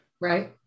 Right